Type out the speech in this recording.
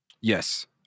Yes